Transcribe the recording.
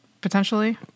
potentially